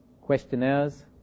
Questionnaires